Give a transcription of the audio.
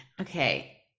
Okay